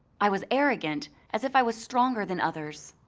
i was arrogant as if i was stronger than others.